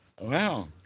Wow